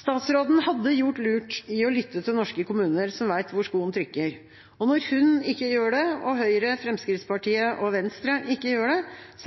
Statsråden hadde gjort lurt i å lytte til norske kommuner, som vet hvor skoen trykker. Når hun ikke gjør det og Høyre, Fremskrittspartiet og Venstre ikke gjør det,